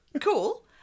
Cool